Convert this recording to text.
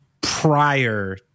prior